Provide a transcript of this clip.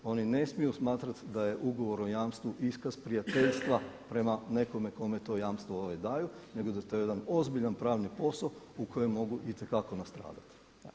Oni ne smiju smatrati da je ugovor o jamstvu iskaz prijateljstva prema nekome kome to jamstvo daju, nego da je to ozbiljan pravni posao u kojem mogu itekako nastradati.